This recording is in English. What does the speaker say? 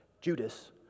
Judas